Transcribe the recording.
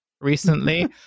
recently